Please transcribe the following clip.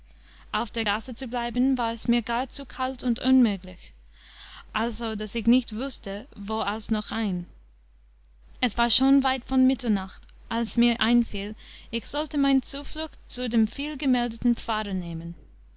auf der gasse zu bleiben war mirs gar zu kalt und unmüglich also daß ich nicht wußte wo aus noch ein es war schon weit von mitternacht als mir einfiel ich sollte meine zuflucht zu dem vielgemeldten pfarrer nehmen